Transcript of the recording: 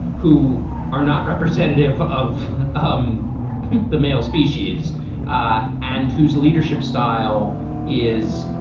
who are not representative of um the male species ah and whose leadership style is